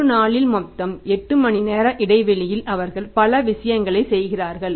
ஒரு நாளில் மொத்தம் 8 மணிநேர இடைவெளியில் அவர்கள் பல விஷயங்களைச் செய்கிறார்கள்